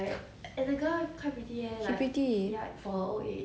but then like 说实话 right honestly 我看 like 第一集的时候 right